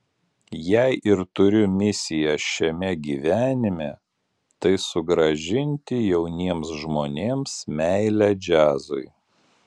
jei ir turiu misiją šiame gyvenime tai sugrąžinti jauniems žmonėms meilę džiazui